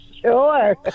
Sure